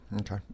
Okay